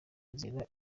inzira